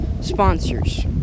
sponsors